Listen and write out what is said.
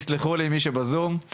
יסלחו לי מי שבזום,